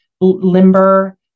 limber